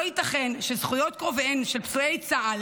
לא ייתכן שזכויות קרוביהם של פצועי צה"ל